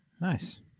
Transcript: nice